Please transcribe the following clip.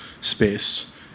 space